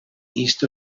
east